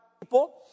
people